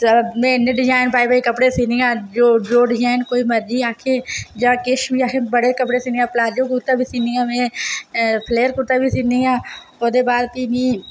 में इनें डिजाइन पाई पाई कपड़े सीनी आं जो डिजाइन कोई मर्जी आक्खै जां किश बी अस बड़े कपड़े सीनी आं पलाजो कुर्ता बी सीनी आं अपने फ्लेयर कुर्ता बी सीनी आं ओहदे बाद फ्ही मीं